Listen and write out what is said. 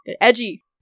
Edgy